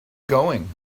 going